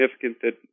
significant